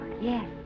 yes